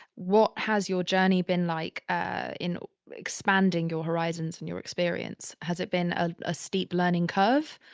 what has your journey been like ah in expanding your horizons and your experience? has it been a ah steep learning curve?